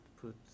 put